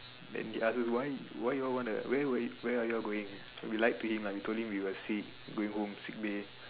then he ask us why why your wanna where where were where are your going we lied to him lah we told him we were sick going home sick Bay